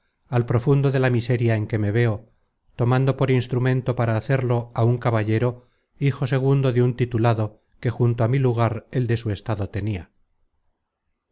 al profundo de la miseria en que me veo tomando por instrumento para hacerlo á un caballero hijo segundo de un titulado que junto á mi lugar el de su estado tenia